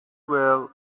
well